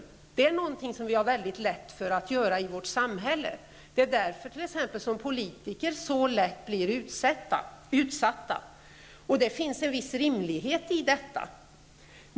Detta är någonting som vi har mycket lätt för att göra i samhället. Det är t.ex. därför som politiker så lätt blir utsatta. Det finns en viss rimlighet i det.